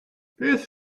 beth